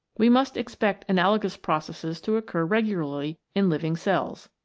we must expect analogous processes to occur regularly in living cells.